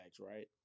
right